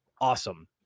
Awesome